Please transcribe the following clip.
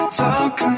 talk